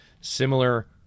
similar